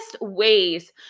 ways